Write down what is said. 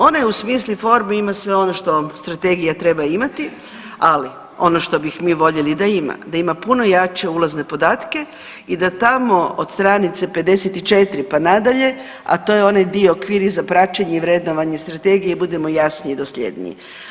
Ona u smislu forme ima sve ono što strategija treba imati, ali ono što bih mi voljeli da ima, da ima puno jače ulazne podatke i da tamo od stranice 54, pa nadalje, a to je onaj dio okvir i za praćenje i vrednovanje strategije, budimo jasniji i dosljedniji.